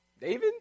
David